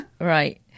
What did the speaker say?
Right